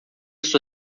sua